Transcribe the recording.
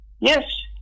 Yes